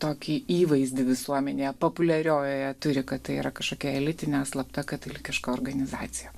tokį įvaizdį visuomenėje populiariojoje turi kad tai yra kažkokia elitinė slapta katalikiška organizacija